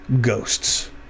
ghosts